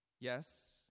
Yes